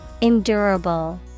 Endurable